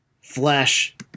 Flesh